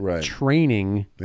training